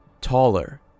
taller